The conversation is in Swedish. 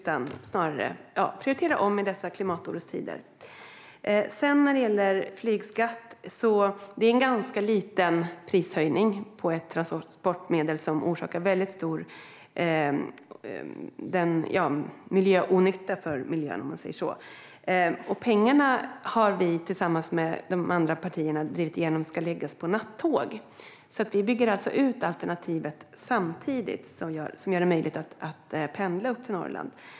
Vi behöver prioritera om i dessa klimatorostider. Flygskatten ger en ganska liten prishöjning på ett transportmedel som orsakar stor miljöonytta. Pengarna har vi tillsammans med de andra partierna drivit igenom ska läggas på nattåg. Vi bygger alltså samtidigt ut alternativet, vilket gör det möjligt att pendla till Norrland.